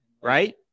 right